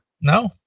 No